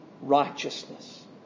righteousness